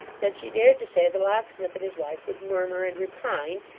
that she dared to say the locksmith and his wife would murmur, and repine,